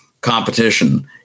competition